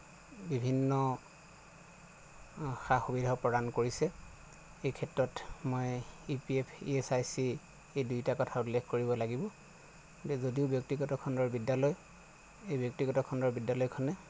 বিভিন্ন সা সুবিধাও প্ৰদান কৰিছে এই ক্ষেত্ৰত মই E P F E S I C এই দুয়োটা কথা উল্লেখ কৰিব লাগিব যদিও ব্যক্তিগত খণ্ডৰ বিদ্যালয় এই ব্যক্তিগত খণ্ডৰ বিদ্যালয়খনে